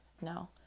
No